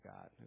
God